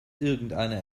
irgendeine